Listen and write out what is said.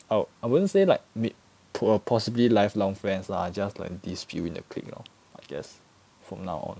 I I wouldn't say like me~ possibly lifelong friends lah just like this few in a clique lor I guess from now on